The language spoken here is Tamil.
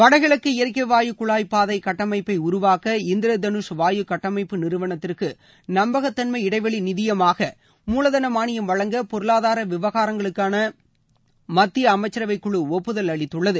வடகிழக்கு இயற்கை வாயு குழாய் பாதை கட்டமைப்பை உருவாக்க இந்திர தனுஷ் வாயு கட்டமைப்பு நிறுவனத்திற்கு நம்பகத்தன்மை இடைவெளி நிதியமாக மூலதன மானியம் வழங்க பொருளாதார விவகாரங்களுக்கான மத்திய அமைச்சரவைக் குழு ஒப்புதல் அளித்துள்ளது